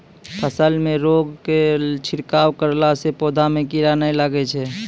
फसल मे रोगऽर के छिड़काव करला से पौधा मे कीड़ा नैय लागै छै?